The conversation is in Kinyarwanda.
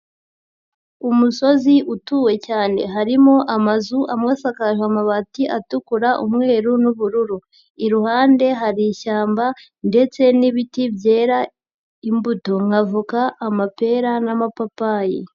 Umusozi utuwe cyane harimo amazu amwe asakaje amabati atukura, umweru n'ubururu, iruhande hari ishyamba ndetse n'ibiti byera imbuto nka avoka, amapera n'amapapayi.